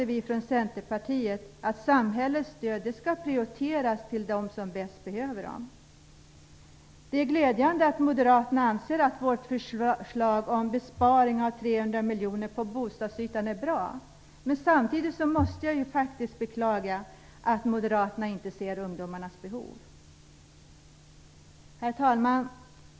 Vi i Centerpartiet anser att de som bäst behöver samhällets stöd skall prioriteras. Det är glädjande att Moderaterna anser att vårt förslag om en besparing på 300 miljoner genom begränsning av den bidragsgrundande bostadsytan är bra. Men samtidigt måste jag beklaga att Moderaterna inte ser ungdomarnas behov. Herr talman!